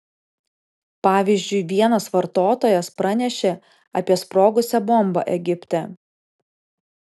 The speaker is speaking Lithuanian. pavyzdžiui vienas vartotojas pranešė apie sprogusią bombą egipte